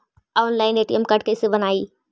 Online ATM card कैसे बनाई?